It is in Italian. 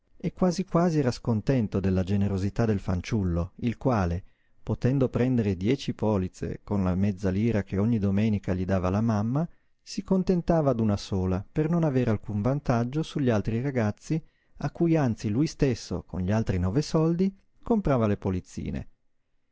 e quasi quasi era scontento della generosità del fanciullo il quale potendo prendere dieci polizze con la mezza lira che ogni domenica gli dava la mamma si contentava d'una sola per non avere alcun vantaggio sugli altri ragazzi a cui anzi lui stesso con gli altri nove soldi comperava le polizzine